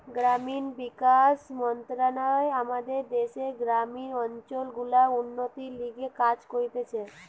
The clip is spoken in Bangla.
গ্রামীণ বিকাশ মন্ত্রণালয় আমাদের দ্যাশের গ্রামীণ অঞ্চল গুলার উন্নতির লিগে কাজ করতিছে